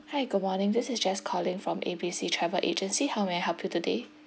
hi good morning this is jess calling from A B C travel agency how may I help you today